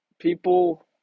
people